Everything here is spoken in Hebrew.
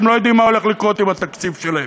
הם לא יודעים מה הולך לקרות עם התקציב שלהם.